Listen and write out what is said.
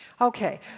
Okay